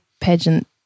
pageant